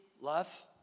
love